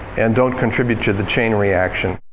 and don't contribute to the chain reaction.